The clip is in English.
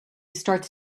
starts